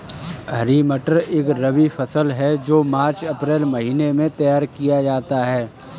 हरी मटर एक रबी फसल है जो मार्च अप्रैल महिने में तैयार किया जाता है